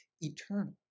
eternal